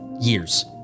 years